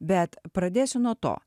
bet pradėsiu nuo to